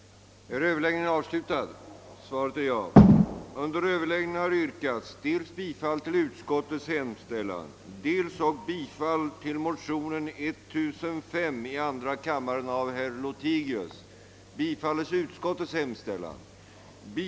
Härmed får vi anhålla om ledighet från riksdagsarbetet under tiden den 10—11 april 1969 för deltagande i utrikesutskottets resa till Helsingfors